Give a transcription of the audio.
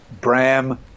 Bram